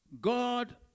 God